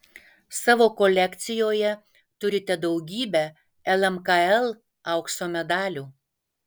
savo kolekcijoje turite daugybę lmkl aukso medalių